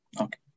Okay